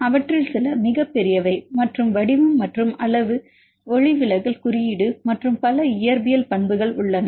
அவற்றில் சில மிகப் பெரியவை மற்றும் வடிவம் மற்றும் அளவு ஒளிவிலகல் குறியீடு மற்றும் பல இயற்பியல் பண்புகள் உள்ளன